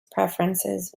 preferences